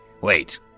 Wait